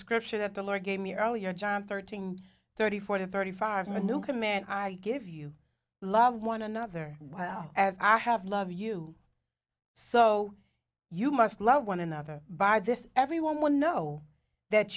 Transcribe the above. scripture that the lord gave me earlier john thirteen thirty four thirty five in the new command i give you love one another well as i have love you so you must love one another by this everyone will know that